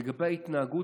לגבי ההתנהגות,